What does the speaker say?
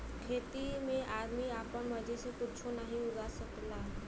खेती में आदमी आपन मर्जी से कुच्छो नाहीं उगा सकला